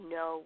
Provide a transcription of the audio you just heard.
no